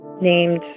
named